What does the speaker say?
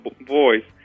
voice